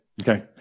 okay